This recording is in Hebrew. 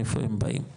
מאיפה הם באים.